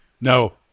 No